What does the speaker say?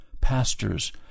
pastors